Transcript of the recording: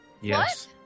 Yes